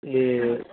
ए